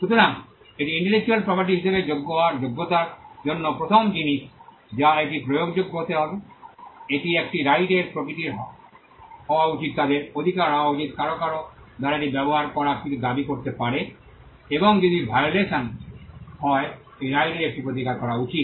সুতরাং এটি intellectual property হিসাবে যোগ্য হওয়ার যোগ্যতার জন্য প্রথম জিনিস যা এটি প্রয়োগযোগ্য হতে হবে এটি একটি রাইটের প্রকৃতির হওয়া উচিত তাদের অধিকার হওয়া উচিত কারও কারও দ্বারা এটি ব্যবহার করা কিছু দাবি করতে পারে এবং যদি ভায়োলেশন হয় এই রাইটের একটি প্রতিকার করা উচিত